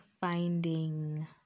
finding